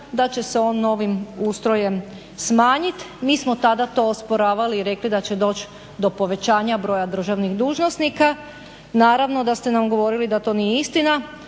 da će se on novim ustrojem smanjit. Mi smo tada to osporavali i rekli da će doći do povećanja broja državnih dužnosnika, naravno da ste nam govorili da to nije istina.